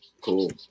cool